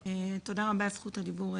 תודה רבה על זכות הדיבור,